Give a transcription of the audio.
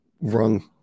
wrong